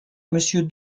monsieur